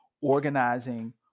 organizing